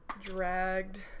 dragged